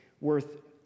worth